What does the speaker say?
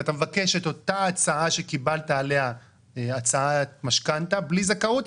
אתה מבקש את אותה הצעה שקיבלת עליה הצעת משכנתא בלי זכאות,